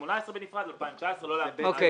ב-2018 בנפרד וב-2019 בנפרד.